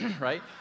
right